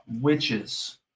witches